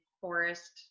Forest